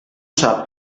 sap